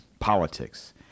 politics